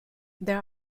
there